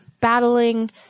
battling